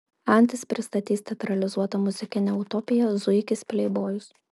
antis pristatys teatralizuotą muzikinę utopiją zuikis pleibojus